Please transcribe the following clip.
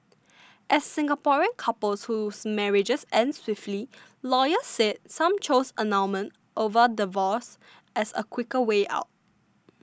as Singaporean couples whose marriages end swiftly lawyers said some choose annulment over divorce as a quicker way out